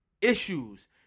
issues